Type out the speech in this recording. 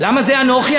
למה זה אנוכי?